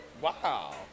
Wow